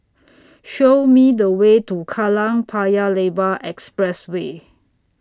Show Me The Way to Kallang Paya Lebar Expressway